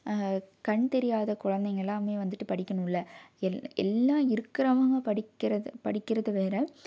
கண் தெரியாத குழந்தைங்கள் எல்லாமே வந்துட்டு படிக்கணுமில எல் எல்லாம் இருக்கிறவங்க படிக்கிறது படிக்கிறது வேறு